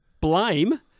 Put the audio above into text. blame